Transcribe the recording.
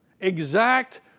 exact